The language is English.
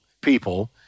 people